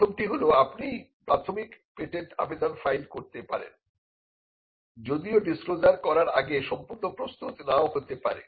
প্রথমটি হল আপনি প্রাথমিক পেটেন্ট আবেদন ফাইল করতে পারেন যদিও ডিসক্লোজার করার আগে সম্পূর্ণ প্রস্তুত নাও হতে পারে